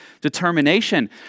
determination